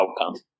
outcome